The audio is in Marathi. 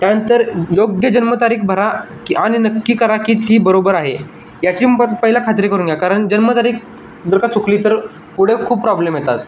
त्यानंतर योग्य जन्मतारीख भरा की आणि नक्की करा की ती बरोबर आहे याची पहिला खात्री करून घ्या कारण जन्मतारीख जर का चुकली तर पुढे खूप प्रॉब्लेम येतात